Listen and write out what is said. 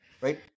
Right